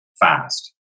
fast